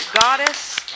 goddess